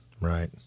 Right